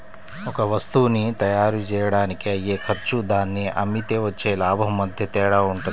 ఒక వత్తువుని తయ్యారుజెయ్యడానికి అయ్యే ఖర్చు దాన్ని అమ్మితే వచ్చే లాభం మధ్య తేడా వుంటది